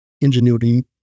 ingenuity